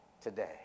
today